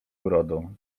urodą